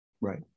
Right